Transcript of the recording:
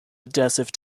adhesive